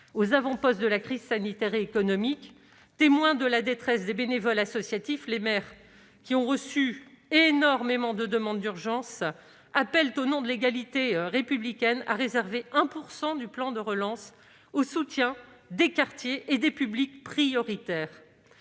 aux avant-postes de la crise sanitaire et économique, témoins de la détresse des bénévoles associatifs, ayant reçu un nombre incommensurable de demandes d'urgence, ils appellent, au nom de l'égalité républicaine, à réserver 1 % du plan de relance au soutien des quartiers et des publics prioritaires.